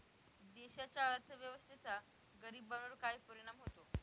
देशाच्या अर्थव्यवस्थेचा गरीबांवर काय परिणाम होतो